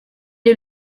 est